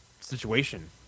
situation